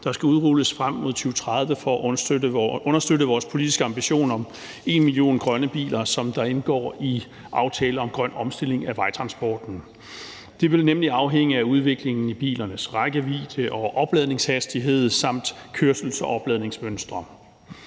der skal udrulles frem mod 2030 for at understøtte vores politiske ambition om en million grønne biler, som indgår i aftalen »Grøn omstilling af vejtransporten«. Det vil nemlig afhænge af udviklingen i bilernes rækkevidde og opladningshastighed samt kørsels- og opladningsmønstre.